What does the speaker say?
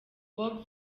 bob